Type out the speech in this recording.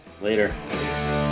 Later